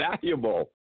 valuable